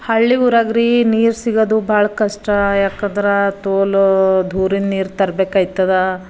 ಹಳ್ಳಿ ಊರಾಗರೀ ನೀರು ಸಿಗೋದು ಭಾಳ ಕಷ್ಟ ಏಕೆಂದ್ರೆ ತೋಲು ದೂರಿಂದ ನೀರು ತರಬೇಕಾಯ್ತದ